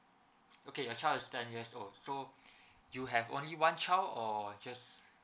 okay your child is ten years old so you have only one child or just